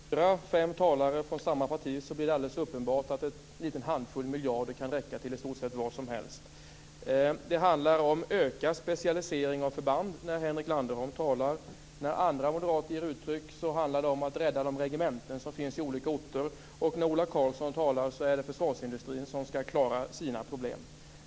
Fru talman! Efter fyra fem talare från samma parti blir det uppenbart att en handfull miljarder kan räcka till i stort sett vad som helst. När Henrik Landerholm talar handlar det om ökad specialisering av förband. När andra moderater ger uttryck för sin uppfattning handlar det om att rädda regementen på olika orter. När Ola Karlsson talar är det försvarsindustrin som skall klara sina problem.